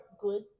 good